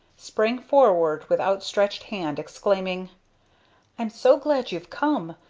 sprang forward with outstretched hand, exclaiming i'm so glad you've come,